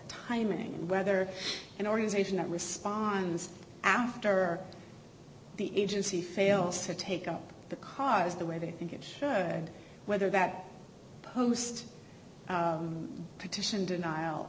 timing whether an organization that responds after the agency fails to take up the cause the way they think it whether that post petition denial